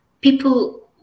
people